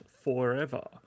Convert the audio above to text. Forever